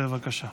בבקשה.